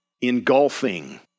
engulfing